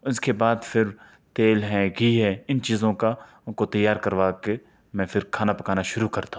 اس کے بعد پھر تیل ہے گھی ہے ان چیزوں کا ان کو تیار کرواکے میں پھر کھانا پکانا شروع کرتا ہوں